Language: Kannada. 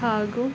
ಹಾಗೂ